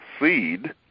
seed